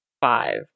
Five